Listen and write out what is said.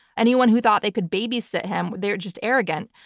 anyone who thought they could babysit him, they're just arrogant.